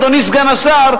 אדוני סגן השר,